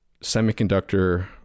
semiconductor